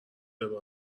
داره